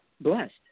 blessed